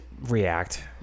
react